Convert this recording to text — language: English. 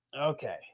Okay